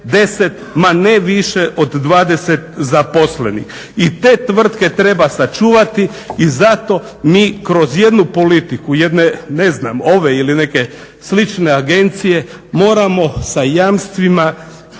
ma ne više od 20 zaposlenih. I te tvrtke treba sačuvati i zato mi kroz jednu politiku jedne ne znam ove ili neke slične agencije moramo sa jamstvima